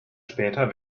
später